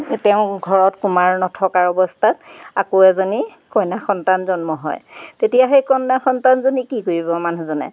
তেওঁ ঘৰত কুমাৰ নথকাৰ অৱস্থাত আকৌ এজনী কন্যাসন্তান জন্ম হয় তেতিয়া সেই কন্যা সন্তানজনী কি কৰিব মানুহজনে